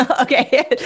Okay